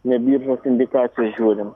ne biržos indikacijas žiūrim